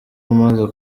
umaze